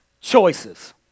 choices